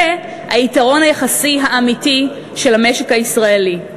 זה היתרון היחסי האמיתי של המשק הישראלי.